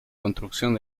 construcción